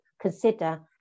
consider